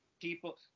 People